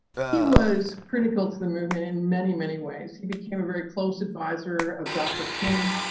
he was critical to the movement in many, many ways. he became a very close advisor of dr. king.